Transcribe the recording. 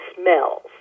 smells